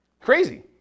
Crazy